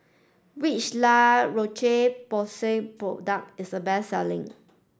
which La Roche Porsay product is the best selling